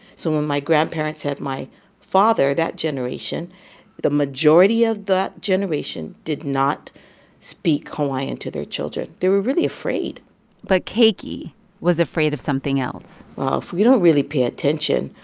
so when my grandparents had my father that generation the majority of that generation did not speak hawaiian to their children. they were really afraid but keiki was afraid of something else well, if we don't really pay attention,